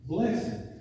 Blessing